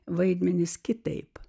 vaidmenys kitaip